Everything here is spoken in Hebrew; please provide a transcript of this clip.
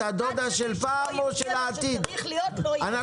מה שצריך להיות לא יהיה.